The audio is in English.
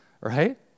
right